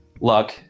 Luck